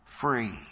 free